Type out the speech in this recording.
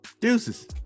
Deuces